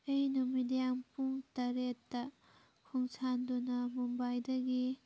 ꯑꯩ ꯅꯨꯃꯤꯗꯥꯡ ꯄꯨꯡ ꯇꯔꯦꯠꯇ ꯈꯣꯡꯁꯥꯟꯗꯨꯅ ꯃꯨꯝꯕꯥꯏꯗꯒꯤ